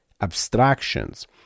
abstractions